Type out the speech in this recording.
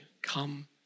Come